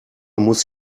muss